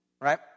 Right